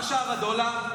מה שער הדולר?